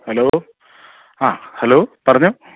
hello ആ hello പറഞ്ഞോ